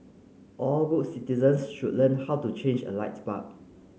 all good citizens should learn how to change a light bulb